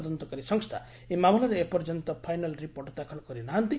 ତଦନ୍ତକାରୀ ସଂସ୍ଥା ଏହି ମାମଲାରେ ଏ ପର୍ଯ୍ୟନ୍ତ ଫାଇନାଲ ରିପୋର୍ଟ ଦାଖଲ କରି ନାହାନ୍ତି